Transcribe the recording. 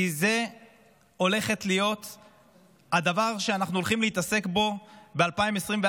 כי זה הולך להיות הדבר שאנחנו הולכים להתעסק בו ב-2024,